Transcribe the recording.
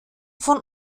von